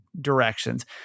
directions